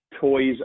toys